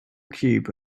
cube